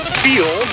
feel